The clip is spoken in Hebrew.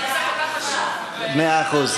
זה נושא כל כך חשוב, מאה אחוז.